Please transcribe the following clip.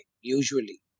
usually